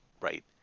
right